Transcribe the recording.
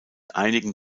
einigen